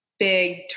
Big